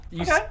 Okay